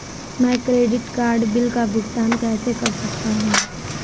मैं credit card bill का भुगतान कैसे कर सकता हूं?